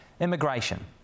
immigration